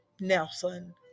Nelson